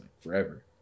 forever